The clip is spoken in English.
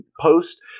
post